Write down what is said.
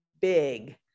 big